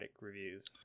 reviews